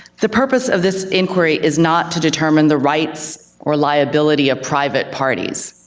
the purpose of this inquiry is not to determine the rights or liability of private parties.